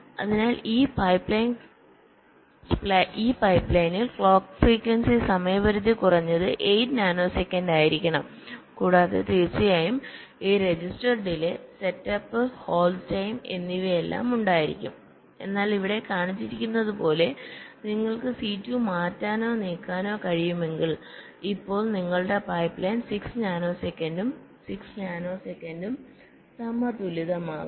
അതിനാൽ ഈ പൈപ്പ്ലൈനിൽ ക്ലോക്ക് ഫ്രീക്വൻസി സമയപരിധി കുറഞ്ഞത് 8 നാനോ സെക്കൻഡ് ആയിരിക്കണം കൂടാതെ തീർച്ചയായും ഈ രജിസ്റ്റർ ഡിലെ സെറ്റപ്പ് ഹോൾഡ് സമയം എന്നിവയെല്ലാം ഉണ്ടായിരിക്കും എന്നാൽ ഇവിടെ കാണിച്ചിരിക്കുന്നതുപോലെ നിങ്ങൾക്ക് C2 മാറ്റാനോ നീക്കാനോ കഴിയുമെങ്കിൽ ഇപ്പോൾ നിങ്ങളുടെ പൈപ്പ് ലൈൻ 6 നാനോ സെക്കൻഡും 6 നാനോ സെക്കൻഡും സമതുലിതമാകും